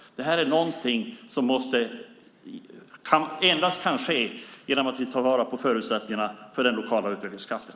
Det här är någonting som endast kan ske genom att vi tar vara på förutsättningarna för den lokala utvecklingskraften.